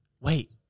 Wait